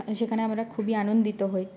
সেখানে আমরা খুবই আনন্দিত হই